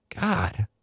God